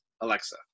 alexa